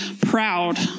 proud